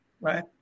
right